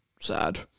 sad